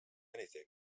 anything